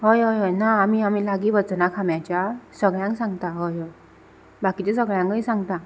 हय हय हय ना आमी आमी लागीं वचना खांब्याच्या सगळ्यांक सांगता हय हय बाकीच्या सगळ्यांगय सांगता